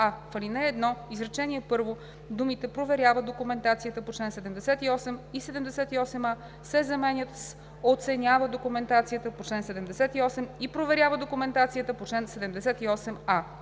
в ал. 1, изречение първо думите „проверява документацията по чл. 78 и 78а“ се заменят с „оценява документацията по чл. 78 и проверява документацията по чл. 78а“;